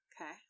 Okay